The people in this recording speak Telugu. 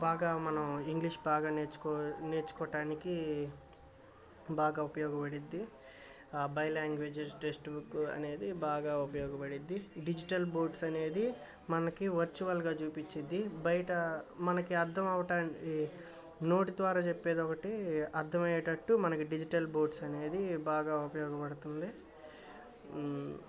బాగా మనం ఇంగ్లీష్ బాగా నేర్చుకో నేర్చుకోటానికి బాగా ఉపయోగపడుతుంది బై లాంగ్వేజెస్ టెక్స్ట్ బుక్ అనేది బాగా ఉపయోగపడుతుంది డిజిటల్ బోర్డ్స్ అనేది మనకి వర్చువల్గా చూపిస్తుంది బయట మనకి అర్థం అవటానికి నోటి ద్వారా చెప్పేదొకటి అర్థమయ్యేటట్టు మనకి డిజిటల్ బోర్డ్స్ అనేది బాగా ఉపయోగపడుతుంది